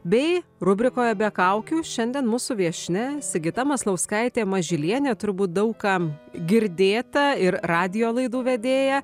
bei rubrikoje be kaukių šiandien mūsų viešnia sigita maslauskaitė mažylienė turbūt daug kam girdėta ir radijo laidų vedėja